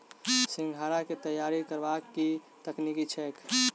सिंघाड़ा केँ तैयार करबाक की तकनीक छैक?